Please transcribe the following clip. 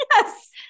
Yes